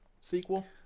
sequel